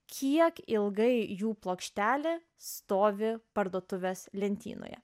kiek ilgai jų plokštelė stovi parduotuvės lentynoje